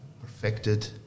perfected